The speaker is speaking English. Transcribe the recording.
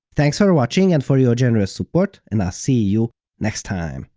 thanks for watching and for your generous support, and i'll see you next time!